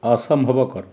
ଅସମ୍ଭବ